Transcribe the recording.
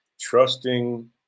trusting